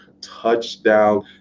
touchdown